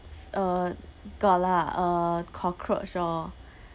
uh got lah uh cockroach orh